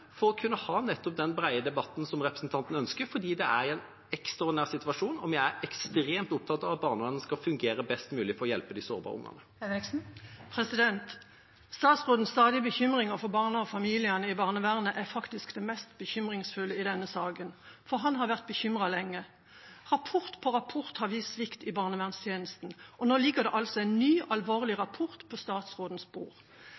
for å kunne ha nettopp den brede debatten som representanten ønsker, fordi det er en ekstraordinær situasjon, og vi er ekstremt opptatt av at barnevernet skal fungere best mulig for å hjelpe de sårbare ungene. Kari Henriksen – til oppfølgingsspørsmål. Statsrådens stadige bekymringer for barna og familiene i barnevernet er faktisk det mest bekymringsfulle i denne saken, for han har vært bekymret lenge. Rapport på rapport har vist svikt i barnevernstjenesten, og nå ligger det en ny, alvorlig